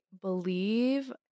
believe